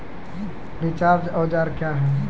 रिचर औजार क्या हैं?